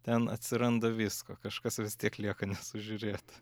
ten atsiranda visko kažkas vis tiek lieka nesužiūrėta